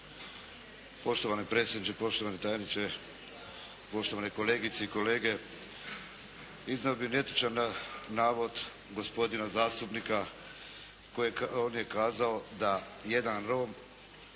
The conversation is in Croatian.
Poštovani predsjedniče, poštovani tajniče, poštovane kolegice i kolege. Iznio bih netočan navod gospodina zastupnika, on je kazao, da jedan Rom,